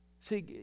See